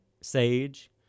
Sage